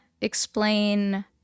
explain